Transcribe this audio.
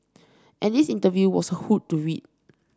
and this interview was a hoot to read